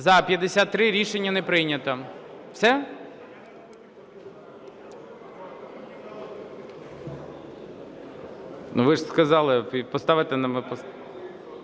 За-90 Рішення не прийнято.